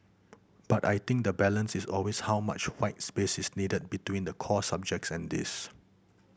but I think the balance is always how much white space is needed between the core subjects and this